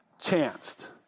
chanced